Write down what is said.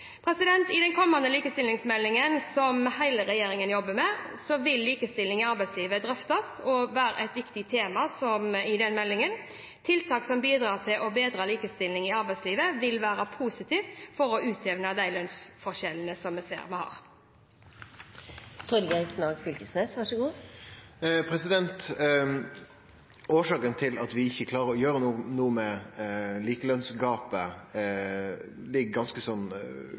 I den kommende likestillingsmeldingen, som hele regjeringen jobber med, vil likestilling i arbeidslivet drøftes og være et viktig tema. Tiltak som bidrar til bedre likestilling i arbeidslivet, vil være positivt for å utjevne de lønnsforskjellene som vi ser at vi har. Årsaka til at vi ikkje klarer å gjere noko med likelønsgapet, er den måten vi organiserer lønsdanninga på. I dag har vi ein frontfagmodell, der ein på bakgrunn av forhandlingar med